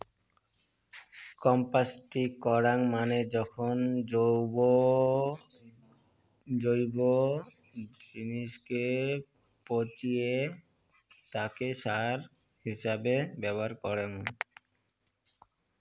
composting করাঙ মানে যখন জৈব জিনিসকে পচিয়ে তাকে সার হিছাবে ব্যবহার করঙ